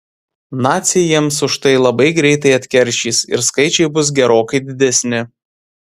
naciai jiems už tai labai greitai atkeršys ir skaičiai bus gerokai didesni